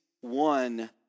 one